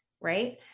right